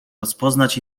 rozpoznać